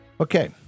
Okay